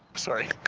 sorry.